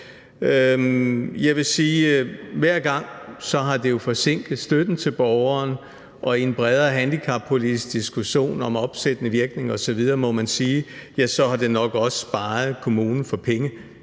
Jeg vil sige, at hver gang har det jo forsinket støtten til borgeren, og i en bredere handicappolitisk diskussion om opsættende virkning osv. må man sige, at ja, så har det nok også sparet kommunen for penge